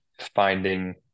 finding